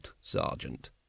sergeant